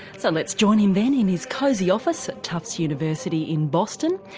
so let's join him then in his cosy office at tufts university in boston.